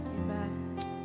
Amen